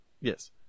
Yes